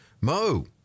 Mo